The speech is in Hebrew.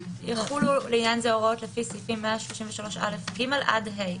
הבניית שיקול דעת זה בסעיף קטן (ב).